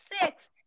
six